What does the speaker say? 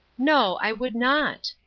no. i would not.